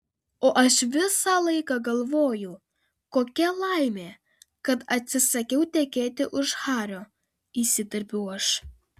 o aš visą laiką galvoju kokia laimė kad atsisakiau tekėti už hario įsiterpiau aš